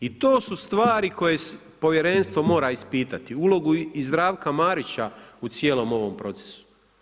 I to su stvari koje povjerenstvo mora ispitati, ulogu Zdravka Marića u cijelom ovom procesu.